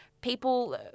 people